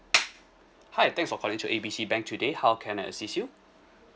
hi thanks for calling to A B C bank today how can I assist you